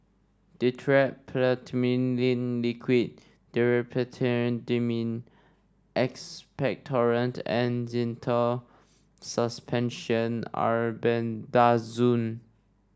Dimetapp Phenylephrine Liquid Diphenhydramine Expectorant and Zental Suspension Albendazole